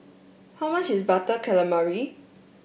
how much is Butter Calamari